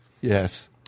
yes